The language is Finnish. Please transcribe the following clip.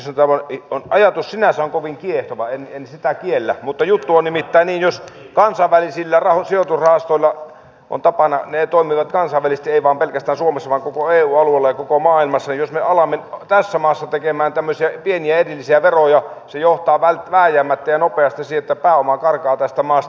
tämä ajatus sinänsä on kovin kiehtova en sitä kiellä mutta juttu on nimittäin niin että kansainvälisillä sijoitusrahastoilla on tapana toimia kansainvälisesti eivät vain pelkästään suomessa vaan koko eu alueella ja koko maailmassa ja jos me alamme tässä maassa tekemään tämmöisiä pieniä erillisiä veroja se johtaa vääjäämättä ja nopeasti siihen että pääoma karkaa tästä maasta